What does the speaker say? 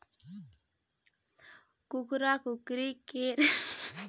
कुकरा, कुकरी के रहें बर चिक्कन लकड़ी के बिछौना बनाए बर परथे